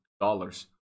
dollars